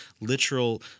literal